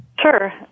Sure